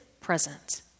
present